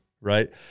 right